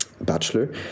bachelor